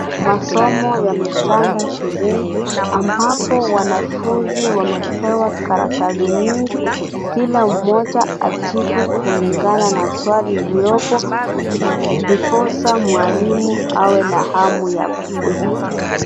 Masomo yametanda shuleni, ambapo wanafunzi wamepewa karatasi nyingi. Kila mmoja ajibu kulingana na swali lililopo, ndiposa mwalimu awe na hamu ya kufunzwa tena.